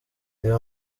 reba